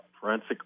forensic